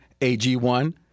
AG1